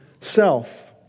self